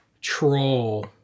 troll